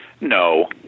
No